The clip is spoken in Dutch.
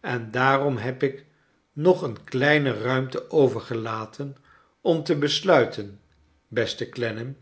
en daarom heb ik nog een kleine ruimte overgelaten om te besluiten beste clennam